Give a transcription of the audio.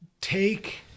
take